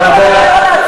תודה.